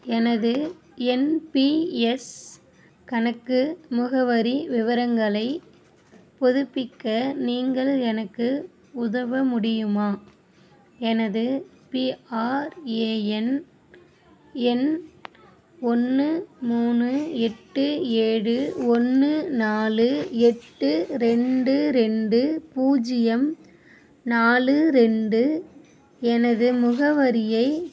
எனது என்பிஎஸ் கணக்கு முகவரி விவரங்களை புதுப்பிக்க நீங்கள் எனக்கு உதவ முடியுமா எனது பிஆர்ஏஎன் எண் ஒன்று மூணு எட்டு ஏழு ஒன்று நாலு எட்டு ரெண்டு ரெண்டு பூஜ்ஜியம் நாலு ரெண்டு எனது முகவரியை